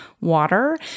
water